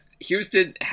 Houston